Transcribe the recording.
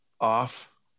off